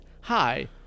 hi